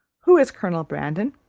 who is colonel brandon?